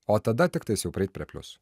o tada tiktais jau prieit prie pliusų